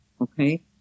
Okay